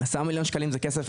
עשרה מיליון שקלים זה כסף